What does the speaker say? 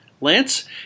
Lance